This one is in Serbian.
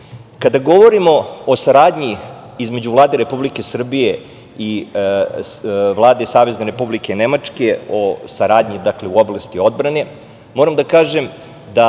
govorimo o saradnji između Vlade Republike Srbije i Vlade Savezne Republike Nemačke, o saradnji u oblasti odbrane, moram da kažem da